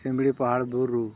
ᱥᱤᱢᱞᱤ ᱯᱟᱦᱟᱲ ᱵᱩᱨᱩ